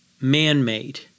man-made